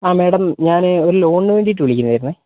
ആ മാഡം ഞാനേയ് ഒരു ലോണിന് വേണ്ടിയിട്ട് വിളിക്കുന്നത് ആയിരുന്നു